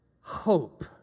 hope